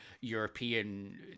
European